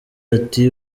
ati